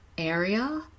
area